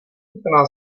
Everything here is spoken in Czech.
vrtaná